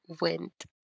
went